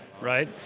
right